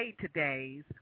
Today's